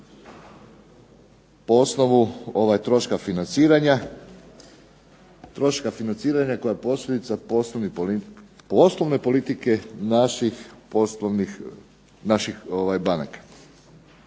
troška financiranja koja je posljedica poslovne politike naših